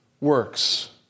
works